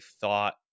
thought